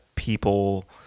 People